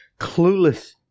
clueless